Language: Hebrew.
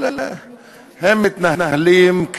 אבל הם מתנהלים,